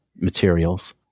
materials